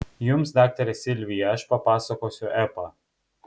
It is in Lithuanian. jums daktare silvija aš papasakosiu epą